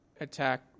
attack